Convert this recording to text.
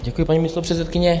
Děkuji, paní místopředsedkyně.